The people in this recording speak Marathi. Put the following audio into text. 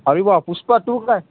अरे बुवा पुष्पा टू काय